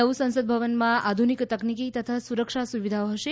નવુ સંસદ ભવનમાં આધુનિક તકનીકી તથા સુરક્ષા સુવિધાઓ હશે